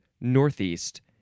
northeast